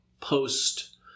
post